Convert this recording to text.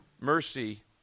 mercy